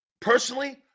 Personally